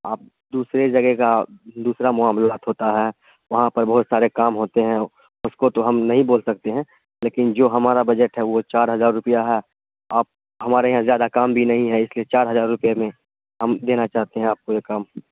آپ دوسرے جگہ کا دوسرا معاملات ہوتا ہے وہاں پر بہت سارے کام ہوتے ہیں اس کو تو ہم نہیں بول سکتے ہیں لیکن جو ہمارا بجٹ ہے وہ چار ہزار روپیہ ہے آپ ہمارے یہاں زیادہ کام بھی نہیں ہے اس لیے چار ہزار روپیے میں ہم دینا چاہتے ہیں آپ کو یہ کام